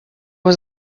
was